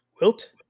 Wilt